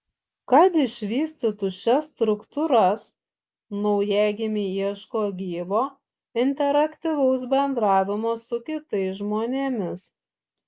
kad išvystytų šias struktūras naujagimiai ieško gyvo interaktyvaus bendravimo su kitais žmonėmis